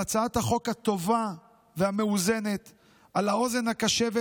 על הצעת החוק הטובה והמאוזנת ועל האוזן הקשבת